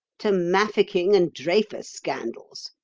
to mafficking and dreyfus scandals.